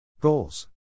Goals